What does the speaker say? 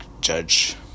Judge